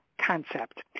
concept